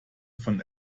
von